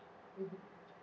mmhmm